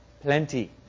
Plenty